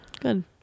Good